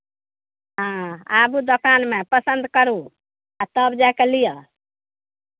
हँ आबू दोकानमे पसन्द करू आ तब जाय कऽ लिअ